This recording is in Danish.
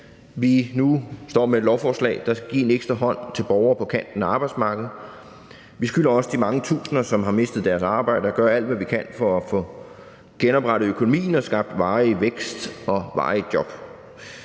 vi nu står med et lovforslag, der skal give en ekstra hånd til borgere på kanten af arbejdsmarkedet. Vi skylder også de mange tusinder, som har mistet deres arbejde, at gøre alt, hvad vi kan, for at få genoprettet økonomien og skabt varig vækst og varige job.